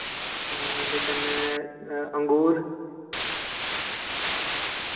हां ते कन्नै अंगूर